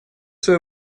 свое